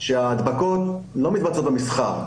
לפיהם שההדבקות לא מתבצעות במסחר.